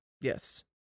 Yes